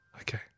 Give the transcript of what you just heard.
Okay